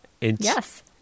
Yes